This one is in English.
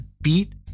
beat